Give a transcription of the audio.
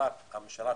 הממשלה קונה.